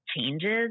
changes